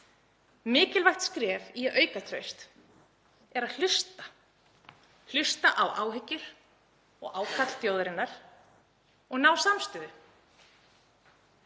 Mikilvægt skref í að auka traust er að hlusta á áhyggjur og ákall þjóðarinnar og ná samstöðu